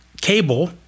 cable